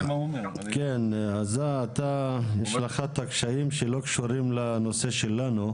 יש לך קשיים שלא קשורים לנושא שלנו,